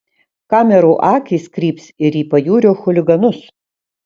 kamerų akys kryps ir į pajūrio chuliganus